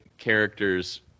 characters